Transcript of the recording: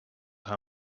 how